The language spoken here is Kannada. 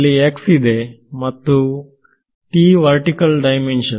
ಇಲ್ಲಿ x ಇದೆ ಮತ್ತು t ವರ್ಟಿಕಲ್ ದಿಮೆಂಶನ್